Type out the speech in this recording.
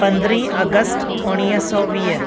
पंद्रहं अगस्ट उणिवीह सौ वीह